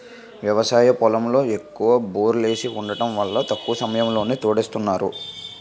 వ్యవసాయ పొలంలో ఎక్కువ బోర్లేసి వుండటం వల్ల తక్కువ సమయంలోనే తోడేస్తున్నారు